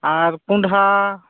ᱟᱨ ᱠᱚᱱᱰᱷᱟ